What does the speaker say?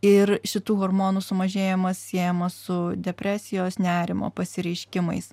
ir šitų hormonų sumažėjimas siejamas su depresijos nerimo pasireiškimais